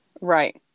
Right